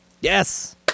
Yes